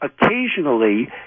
occasionally